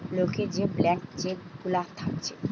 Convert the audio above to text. লোকের যে blank cheque গুলা থাকছে